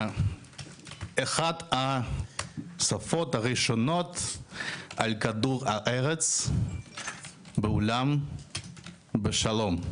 אחת השפות הראשונות על כדור הארץ בעולם בשלום.